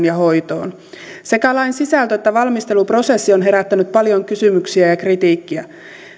ja hoidolle sekä lain sisältö että valmisteluprosessi on herättänyt paljon kysymyksiä ja kritiikkiä